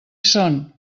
són